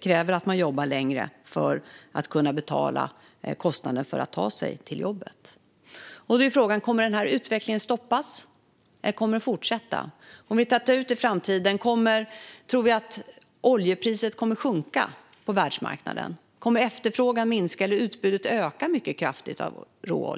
krävs att man jobbar längre för att kunna betala kostnaden för att ta sig till jobbet, trots att bränslepriset har gått upp. Frågan är om utvecklingen kommer att stoppas eller om den kommer att fortsätta. Om vi ser in i framtiden tror vi då att oljepriset kommer att sjunka på världsmarknaden? Kommer efterfrågan att minska eller utbudet av råolja att öka mycket kraftigt?